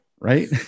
right